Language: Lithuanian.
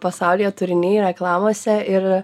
pasaulyje turiniai reklamose ir